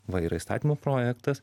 va yra įstatymo projektas